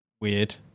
Weird